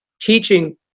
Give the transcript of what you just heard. teaching